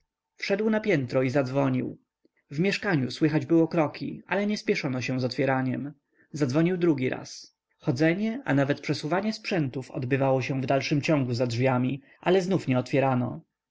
wszedł na piętro i zadzwonił w mieszkaniu słychać było kroki ale nie śpieszono się z otwieraniem zadzwonił drugi raz chodzenie a nawet przesuwanie sprzętów odbywało się w dalszym ciągu za drzwiami ale znów nie otwierano